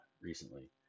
recently